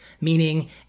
Meaning